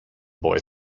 boy